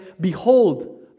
Behold